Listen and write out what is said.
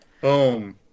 Boom